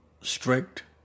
strict